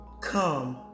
Come